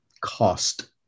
cost